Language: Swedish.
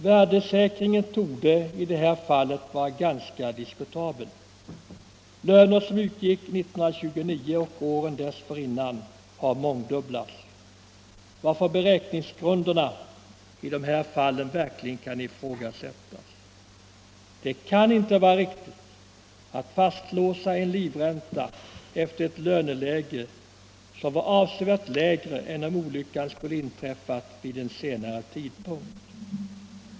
Värdesäkringen torde i det här fallet vara ganska diskutabel. De löner som utgick 1929 och åren dessförinnan har nu mångdubblats, varför beräkningsgrunderna i de här fallen verkligen kan ifrågasättas. Det kan inte vara riktigt att fastlåsa en livränta efter ett löneläge som var avsevärt lägre när olyckan inträffade jämfört med om olyckan inträffat vid en senare tidpunkt.